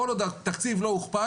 כל עוד התקציב לא הוכפל,